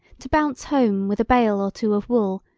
to bounce home with a bale or two of wool,